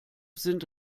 sind